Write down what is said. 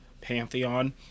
pantheon